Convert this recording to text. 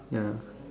ya